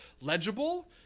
legible